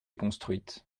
construites